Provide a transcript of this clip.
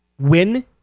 win